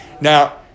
Now